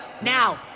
Now